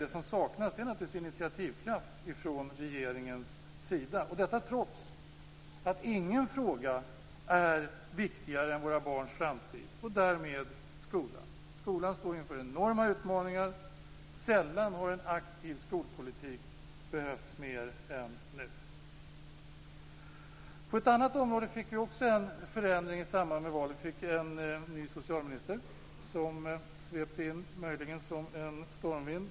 Det som saknas är initiativkraft från regeringen, och detta trots att ingen fråga är viktigare än våra barns framtid än skolan. Skolan står inför enorma utmaningar. Sällan har en aktiv skolpolitik behövts mera än nu. På ett annat område fick vi också en förändring i samband med valet. Vi fick en ny socialminister som svepte in som en stormvind.